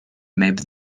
maybe